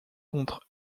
contre